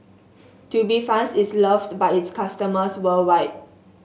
Tubifast is loved by its customers worldwide